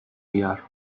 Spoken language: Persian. بیار